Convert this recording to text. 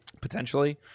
potentially